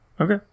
Okay